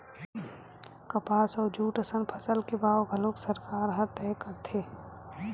कपसा अउ जूट असन फसल के भाव घलोक सरकार ह तय करथे